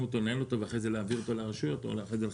אותו ולנהל אותו ואחרי זה להעביר אותו לרשויות ולחבר?